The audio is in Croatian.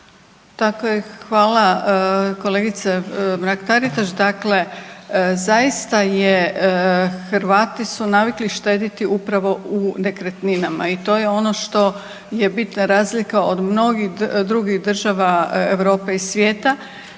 (HDZ)** Hvala kolegice Mrak Taritaš. Dakle, zaista je Hrvati su navikli štediti upravo u nekretninama i to je ono što je bitna razlika od mnogih drugih država Europe i svijeta